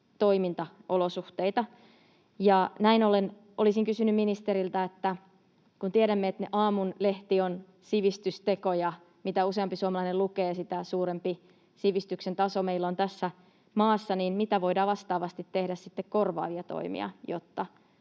toimintaolosuhteita. Näin ollen olisin kysynyt ministeriltä, että kun tiedämme, että aamun lehti on sivistysteko ja mitä useampi suomalainen lukee, sitä suurempi sivistyksen taso meillä on tässä maassa, niin mitä voidaan vastaavasti tehdä sitten korvaavia toimia, jotta